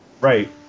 Right